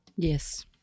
Yes